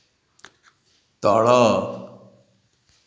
ତଳ